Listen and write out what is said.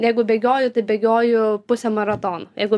jeigu bėgioju tai bėgioju pusę maratono jeigu